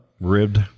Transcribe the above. Ribbed